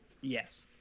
Yes